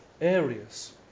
areas